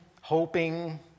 hoping